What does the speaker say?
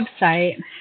website